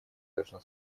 должна